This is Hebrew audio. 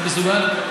אתה מסוגל?